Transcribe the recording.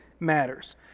Matters